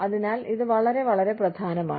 അതിനാൽ ഇത് വളരെ വളരെ പ്രധാനമാണ്